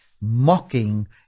mocking